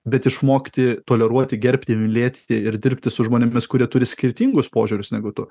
bet išmokti toleruoti gerbti mylėti ir dirbti su žmonėmis kurie turi skirtingus požiūrius negu tu